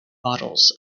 models